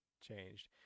changed